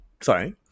sorry